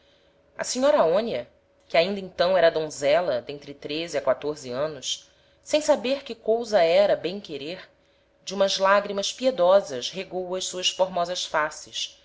a senhora aonia que ainda então era donzela d'entre treze a quatorze anos sem saber que cousa era bem querer de umas lagrimas piedosas regou as suas formosas faces